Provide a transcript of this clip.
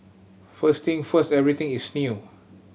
first thing first everything is new